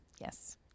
Yes